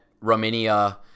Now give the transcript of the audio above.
Romania